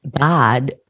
God